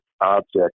object